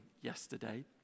yesterday